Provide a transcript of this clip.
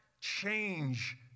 change